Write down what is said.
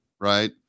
right